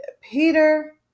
Peter